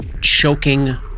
choking